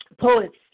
poets